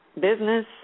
business